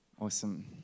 Awesome